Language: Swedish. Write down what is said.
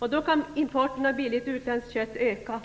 Då kan importen av billigt utländskt kött öka.